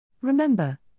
Remember